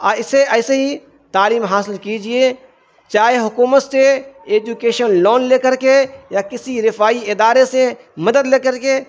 ایسے ایسے ہی تعلیم حاصل کیجیے چاہے حکومت سے ایجوکیشن لون لے کر کے یا کسی رفاعی ادارے سے مدد لے کر کے